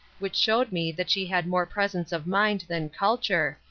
which showed me that she had more presence of mind than culture,